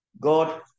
God